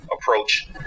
approach